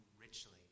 richly